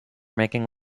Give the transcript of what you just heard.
making